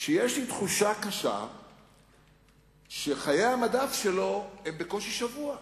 שיש לי תחושה קשה שחיי המדף שלו הם בקושי שבוע.